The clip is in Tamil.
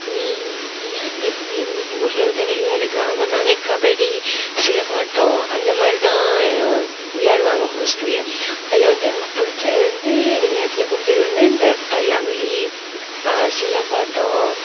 விளாட்டு எங்கள் ஊரில் வந்து விளை கிராமனாலே கபடி சிலம்பாட்டம் அந்த மாதிரிதான் விளையாடுவாங்க மோஸ்ட்லி அதில் வந்து எனக்கு பிடிச்சது வந்து விளையாட்டில் பிடிச்சது வந்து இந்த பல்லாங்குழி சிலம்பாட்டம்